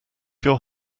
your